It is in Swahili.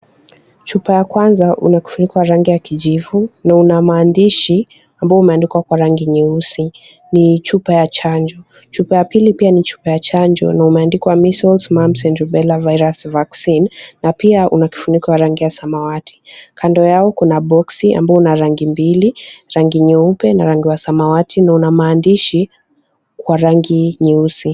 Chupa ya kwanza una kifuniko ya rangi ya kijivu. Na una maanishi ambayo imeandikwa kwa rangi nyeusi. Ni chupa ya chanjo. Chupa ya pili pia ni chupa ya chanjo, na umeandikwa measles, mumps, and rubella virus vaccine , na pia unakifuniko ya rangi ya samawati. Kando yao kuna boksi ambayo una rangi mbili, rangi nyeupe na rangi ya samawati, na unamaanishi kwa rangi nyeusi.